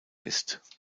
ist